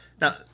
Now